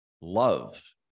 love